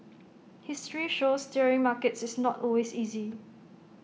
history shows steering markets is not always easy